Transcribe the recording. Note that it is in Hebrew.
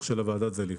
ועדת זליכה,